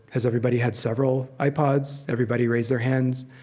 has everybody had several ipods? everybody raised their hands.